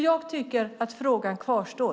Jag tycker att frågan kvarstår.